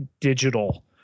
digital